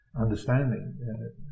understanding